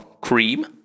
Cream